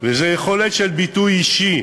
וזה יכולת של ביטוי אישי,